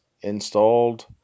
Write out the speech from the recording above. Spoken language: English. installed